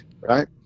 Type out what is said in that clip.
Right